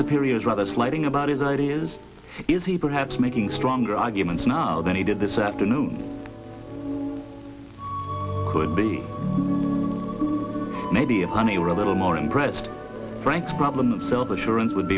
superiors rather slighting about his ideas is he perhaps making stronger arguments now than he did this afternoon could be maybe honey we're little more impressed frank's problem self assurance would